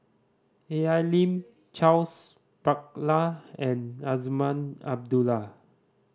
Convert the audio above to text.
A L Lim Charles Paglar and Azman Abdullah